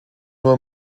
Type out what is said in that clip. nur